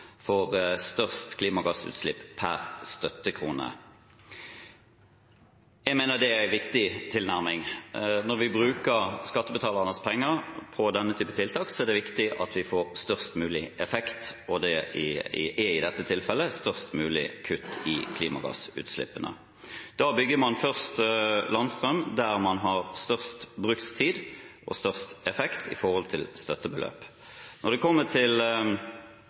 størst klimagassutslippskutt per støttekrone. Jeg mener det er en viktig tilnærming. Når vi bruker skattebetalernes penger på denne typen tiltak, er det viktig at vi får størst mulig effekt, og det er i dette tilfellet størst mulig kutt i klimagassutslippene. Da bygger man først landstrøm der man har størst brukstid og størst effekt i forhold til støttebeløp. Når det kommer til